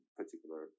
particular